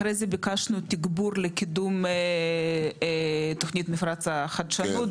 אחרי זה ביקשנו תגבור לקידום תוכנית מפרץ החדשנות,